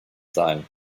sein